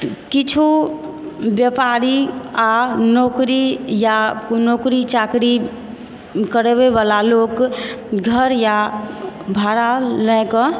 किछु व्यापारी आ नौकरी वा नौकरी चाकरी करबयवाला लोक घर वा भाड़ा लयकऽ